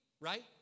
right